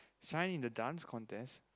shine the Dance Contest